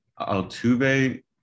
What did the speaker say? Altuve